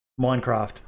Minecraft